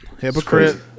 Hypocrite